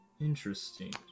Interesting